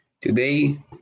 today